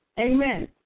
amen